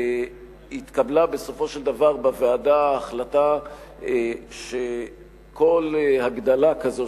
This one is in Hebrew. התקבלה בסופו של דבר בוועדה ההחלטה שכל הגדלה כזאת,